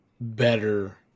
better